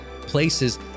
places